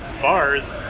bars